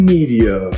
Media